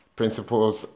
principles